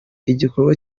igikorwa